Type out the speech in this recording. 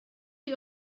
chi